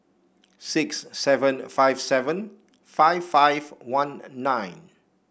six seven five seven five five one nine